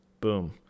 Boom